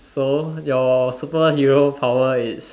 so your superhero power is